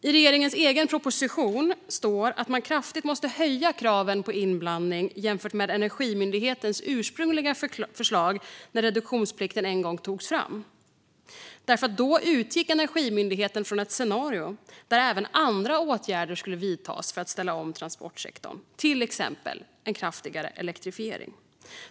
I regeringens egen proposition står det att man kraftigt måste höja kraven på inblandning jämfört med Energimyndighetens ursprungliga förslag när reduktionsplikten en gång togs fram. Då utgick Energimyndigheten från ett scenario där även andra åtgärder skulle vidtas för att ställa om transportsektorn, till exempel en kraftigare elektrifiering.